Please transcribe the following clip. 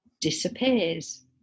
disappears